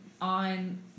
on